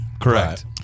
Correct